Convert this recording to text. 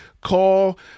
Call